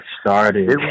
started